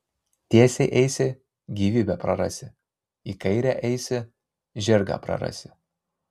tiesiai eisi gyvybę prarasi į kairę eisi žirgą prarasi